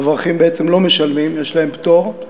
אברכים בעצם לא משלמים, יש להם פטור.